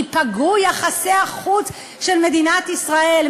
ייפגעו יחסי החוץ של מדינת ישראל.